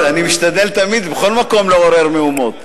אני משתדל תמיד, בכל מקום, לעורר מהומות.